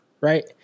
Right